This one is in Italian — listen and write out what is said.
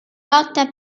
lotta